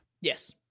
yes